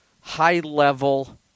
high-level